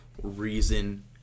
Reason